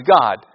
God